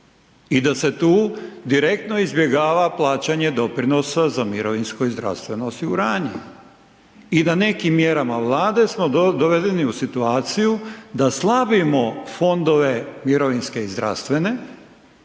I da se tu direktno izbjegava plaćanje doprinosa za mirovinsko i zdravstveno osiguranje. I da nekim mjerama Vlade smo dovedeni u situaciju da slabimo fondove mirovinske i zdravstvene